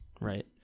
Right